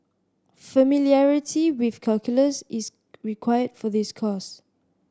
familiarity with calculus is required for this course